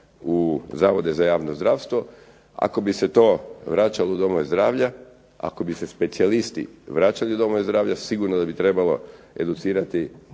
u zavode za javno zdravstvo, ako bi se to vraćalo u domove zdravlja, ako bi se specijalisti vraćali u domove zdravlja, sigurno da bi trebalo educirati